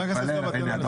אני מתפלא עליך.